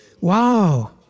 Wow